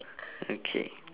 okay